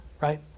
right